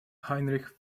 heinrich